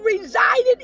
resided